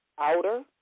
outer